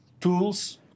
tools